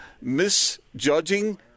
misjudging